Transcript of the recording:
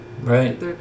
Right